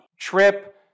Trip